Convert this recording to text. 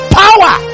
power